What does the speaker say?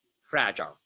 fragile